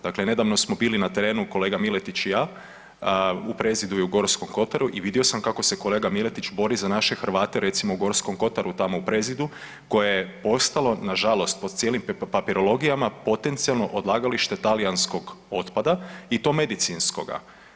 Dakle, nedavno smo bili na terenu kolega Miletić i ja u Prezidu i u Gorskom kotaru i vidio sam kako se kolega Miletić bori za naše Hrvate recimo u Gorskom kotaru tamo u Prezidu koje je postalo nažalost po cijelim papirologijama, potencijalno odlagalište talijanskog otpada i to medicinskoga.